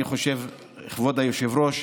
כבוד היושב-ראש,